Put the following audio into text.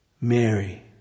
Mary